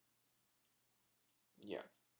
ya